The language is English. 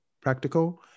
practical